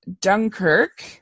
Dunkirk